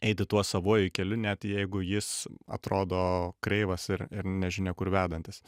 eiti tuo savuoju keliu net jeigu jis atrodo kreivas ir ir nežinia kur vedantis